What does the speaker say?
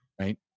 right